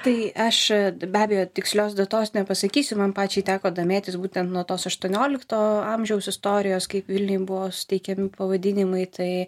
tai aš be abejo tikslios datos nepasakysiu man pačiai teko domėtis būtent nuo tos aštuoniolikto amžiaus istorijos kaip vilniuj buvo suteikiami pavadinimai tai